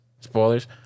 Spoilers